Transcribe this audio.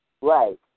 Right